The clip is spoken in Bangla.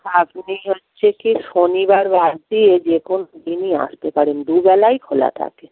আপনি হচ্ছে কি শনিবার বাদ দিয়ে যে কোনো দিনই আসতে পারেন দুবেলাই খোলা থাকে